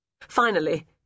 Finally